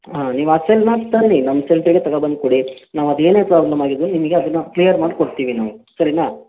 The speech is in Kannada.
ಹಾಂ ನೀವು ಆ ಸೆಲ್ಲನ್ನ ತನ್ನಿ ನಮ್ಮ ಸೆಂಟ್ರಿಗೆ ತಗಬಂದು ಕೊಡಿ ನಾವು ಅದೇನೇ ಪ್ರಾಬ್ಲಮ್ ಆಗಿದ್ದರೂ ನಿಮಗೆ ಅದನ್ನು ಕ್ಲಿಯರ್ ಮಾಡ್ಕೊಡ್ತೀವಿ ನಾವು ಸರಿನಾ